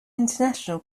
international